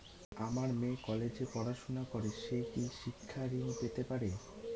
আমার মেয়ে কলেজে পড়াশোনা করে সে কি শিক্ষা ঋণ পেতে পারে?